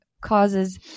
causes